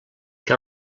que